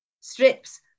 Strips